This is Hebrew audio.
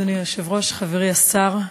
אדוני היושב-ראש, חברי השר,